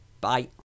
bye